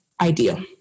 ideal